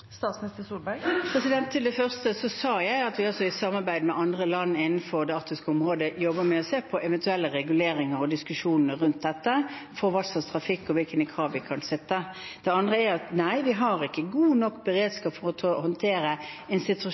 Til det første sa jeg at vi, i samarbeid med andre land innenfor det arktiske området, jobber med å se på eventuelle reguleringer og har diskusjoner om hva slags trafikk vi kan ha, og hvilke krav vi kan stille. Det andre er at nei, vi har ikke god nok beredskap i nord for å håndtere en situasjon